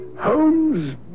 Holmes